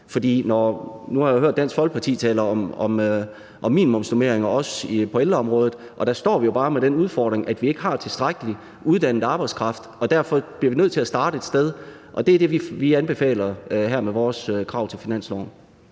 Nu har jeg hørt Dansk Folkeparti tale om minimumsnormeringer også på ældreområdet, og der står vi jo bare med den udfordring, at vi ikke har tilstrækkelig uddannet arbejdskraft, og derfor bliver vi nødt til at starte et sted. Det er det, vi anbefaler her med vores krav til finansloven.